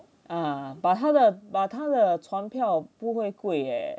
ah but 他的 but 他的船票不会贵